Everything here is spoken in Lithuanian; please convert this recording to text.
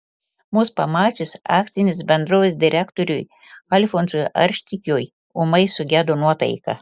mus pamačius akcinės bendrovės direktoriui alfonsui arštikiui ūmai sugedo nuotaika